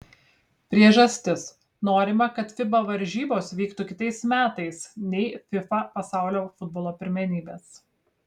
priežastis norima kad fiba varžybos vyktų kitais metais nei fifa pasaulio futbolo pirmenybės